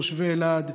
תושבי אלעד,